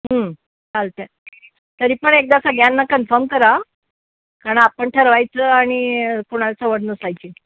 चालतं आहे तरी पण एकदा सगळ्यांना कन्फम करा कारण आपण ठरवायचं आणि कोणाला सवड नसायची